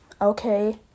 okay